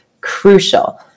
crucial